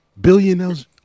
billionaires